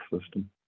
system